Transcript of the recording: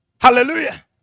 Hallelujah